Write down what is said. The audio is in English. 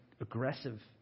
aggressive